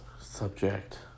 subject